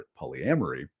polyamory